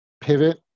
pivot